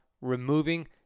removing